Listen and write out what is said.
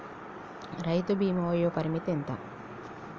రైతు బీమా వయోపరిమితి ఎంత?